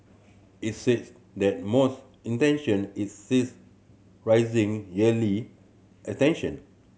it says that most intention its size rising yearly attention